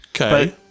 Okay